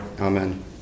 Amen